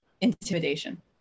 intimidation